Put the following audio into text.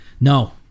No